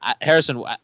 Harrison